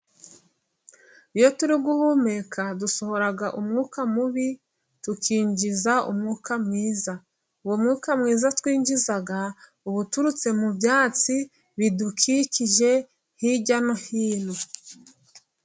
Iyo turi guhumeka dusohoraga umwuka mubi tukinjiza umwuka mwiza. Uwo mwuka mwiza twinjiza uba uturutse mu byatsi bidukikije hirya no hino.